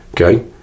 Okay